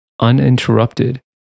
uninterrupted